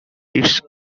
its